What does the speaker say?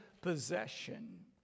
possession